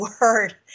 word